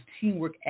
teamwork